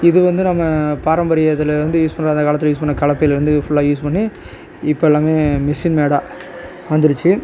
இது வந்து நம்ம பாரம்பரிய இதில் வந்து யூஸ் பண்ணுற அந்த காலத்தில் யூஸ் பண்ண களைப்பைலேர்ந்து ஃபுல்லாக யூஸ் பண்ணி இப்போ எல்லாமே மிஷின்மேடாக வந்துருச்சு